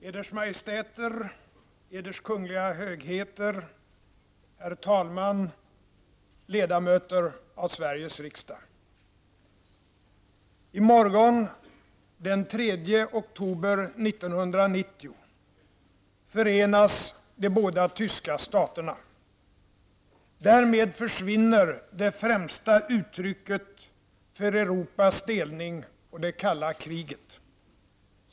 Eders Majestäter, Eders Kungliga Högheter, herr talman, ledamöter av Sveriges riksdag! I morgon, den 3 oktober 1990, förenas de båda tyska staterna. Därmed försvinner det främsta uttrycket för Europas delning och det kalla kriget.